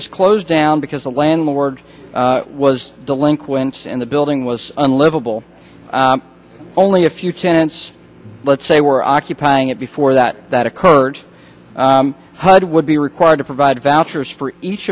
is closed down because the landlord was delinquents and the building was unlivable only a few tents let's say were occupying it before that that occurred hud would be required to provide vouchers for each